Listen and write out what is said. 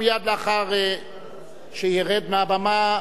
ומייד לאחר שירד מהבמה,